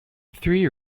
three